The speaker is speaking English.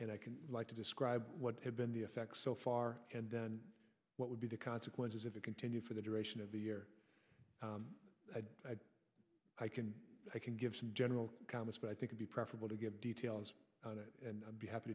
and i can like to describe what has been the effect so far and then what would be the consequences if it continued for the duration of the year i can i can give some general comments but i think i'd be preferable to give details and be happy